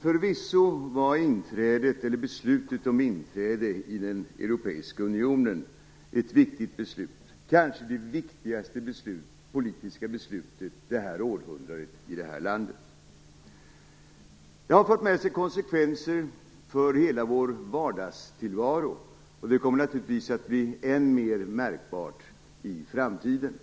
För visso var beslutet om inträde i den europeiska unionen ett viktigt beslut, kanske det viktigaste politiska beslutet under det här århundradet i det här landet. Det har fört med sig konsekvenser för hela vår vardagstillvaro, och det kommer naturligtvis att bli än mer märkbart i framtiden.